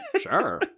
Sure